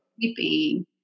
sleeping